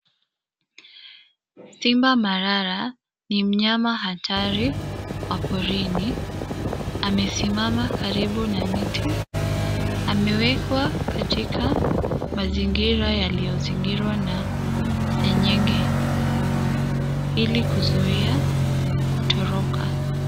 Simba marara ni mnyama hatari wa porini. Amesimama karibu na miti . Amewekwa katika mazingira yaliyozingirwa na seng'eng'e ili kuzuia kutoroka.